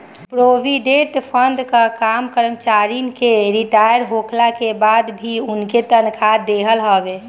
provident fund कअ काम करमचारिन के रिटायर होखला के बाद भी उनके तनखा देहल हवे